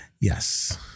Yes